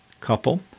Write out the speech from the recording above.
couple